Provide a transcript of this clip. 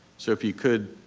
so if you could,